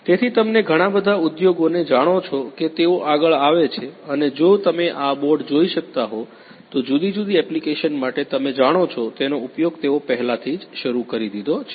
તેથી તમને ઘણા બધા ઉદ્યોગોને જાણો છે કે તેઓ આગળ આવે છે અને જો તમે આ બોર્ડ જોઈ શકતા હો તો જુદી જુદી એપ્લિકેશન માટે તમે જાણો છો તેનો ઉપયોગ તેઓ પહેલાથી જ શરૂ કરી દીધો છે